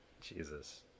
Jesus